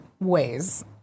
ways